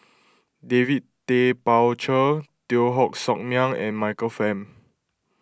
David Tay Poey Cher Teo Koh Sock Miang and Michael Fam